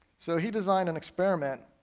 so he designed an experiment,